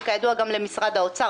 וכידוע גם למשרד האוצר,